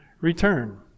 return